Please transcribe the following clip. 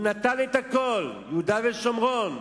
הוא נתן את הכול, יהודה ושומרון,